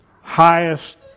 highest